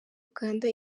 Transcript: uganda